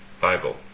Bible